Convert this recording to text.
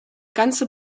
ganze